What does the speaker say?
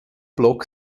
block